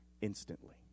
instantly